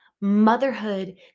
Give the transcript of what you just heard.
motherhood